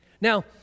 Now